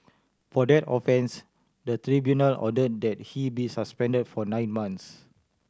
for that offence the tribunal ordered that he be suspended for nine months